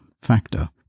factor